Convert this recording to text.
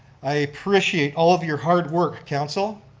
i appreciate all of your hard work, council.